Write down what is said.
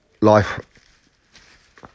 life